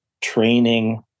training